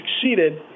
succeeded